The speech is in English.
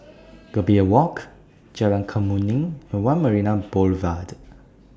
Gambir Walk Jalan Kemuning and one Marina Boulevard